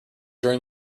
during